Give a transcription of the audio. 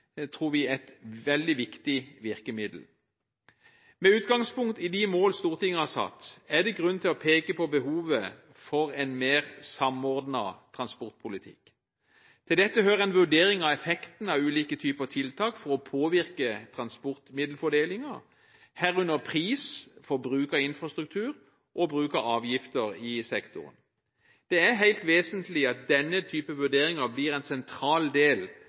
et veldig viktig virkemiddel, tror vi. Med utgangspunkt i de målene som Stortinget har satt, er det grunn til å peke på behovet for en mer samordnet transportpolitikk. Til dette hører en vurdering av effekten av ulike typer tiltak for å påvirke transportmiddelfordelingen, herunder pris for bruk av infrastruktur og bruk av avgifter i sektoren. Det er helt vesentlig at denne typen vurderinger blir en sentral del